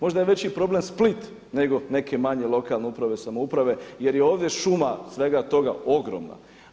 Možda je veći problem Split nego neke manje lokalne uprave i samouprave jer je ovdje šuma svega toga ogromna.